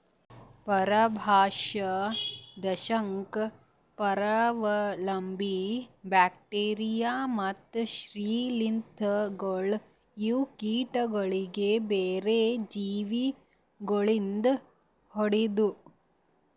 ಪರಭಕ್ಷ, ದಂಶಕ್, ಪರಾವಲಂಬಿ, ಬ್ಯಾಕ್ಟೀರಿಯಾ ಮತ್ತ್ ಶ್ರೀಲಿಂಧಗೊಳ್ ಇವು ಕೀಟಗೊಳಿಗ್ ಬ್ಯಾರೆ ಜೀವಿ ಗೊಳಿಂದ್ ಹೊಡೆದು